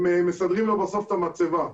הם מסדרים לו בסוף את המצבה.